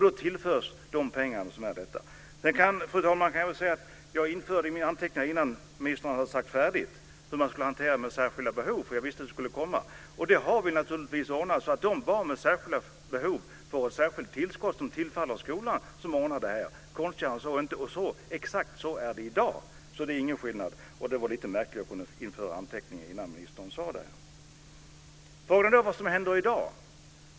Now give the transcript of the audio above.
Då tillförs skolan dessa pengar. Fru talman! Jag noterade innan ministern talat färdigt i mina anteckningar något om hur man ska hantera elever med särskilda behov, för jag visste att frågan skulle komma. Vi har naturligtvis ordnat det så att de barn som har särskilda behov får ett särskilt tillskott, som tillfaller skolan. Konstigare än så är det inte. Exakt så är det i dag, så det är ingen skillnad. Det var lite märkligt att jag kunde anteckna detta innan ministern tog upp frågan. Frågan är vad som händer i dag.